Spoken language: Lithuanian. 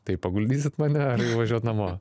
tai paguldysit mane važiuot namo